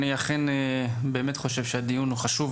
אני אכן באמת חושב שהדיון הוא חשוב,